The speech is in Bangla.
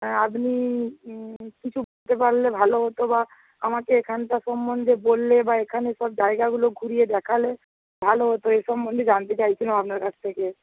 আপনি কিছু বলতে পারলে ভালো হতো বা আমাকে এখানকার সম্বন্ধে বললে বা এখানের সব জায়গাগুলো ঘুরিয়ে দেখালে ভালো হতো এই সম্বন্ধে জানতে চাইছিলাম আপনার কাছ থেকে